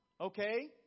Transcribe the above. Okay